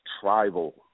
tribal